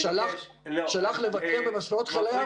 --- שהלך לבקר במספנות חיל הים,